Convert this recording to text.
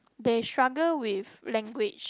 they struggle with language